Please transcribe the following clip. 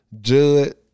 Judd